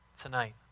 tonight